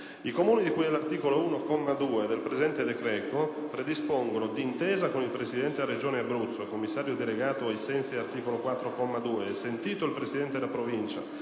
«I Comuni di cui all'articolo 1, comma 2, predispongono, d'intesa con il Presidente della regione Abruzzo - Commissario delegato ai sensi dell'articolo 4, comma 2, sentito il Presidente della Provincia,